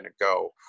go